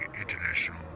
international